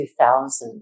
2000